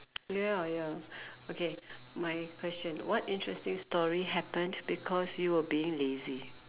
ya ya okay my question what interesting story happened because you were being lazy